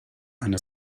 eine